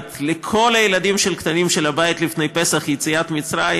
לכל הילדים הקטנים של הבית יציאת מצרים,